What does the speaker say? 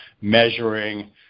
measuring